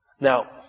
Now